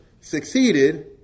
succeeded